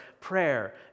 prayer